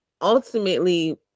ultimately